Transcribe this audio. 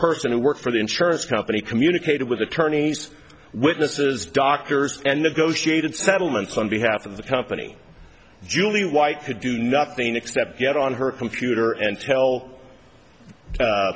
person who worked for the insurance company communicated with attorneys witnesses doctors and negotiated settlements on behalf of the company julie white could do nothing except get on her computer and tell a